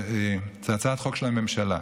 זו הצעת חוק של הממשלה.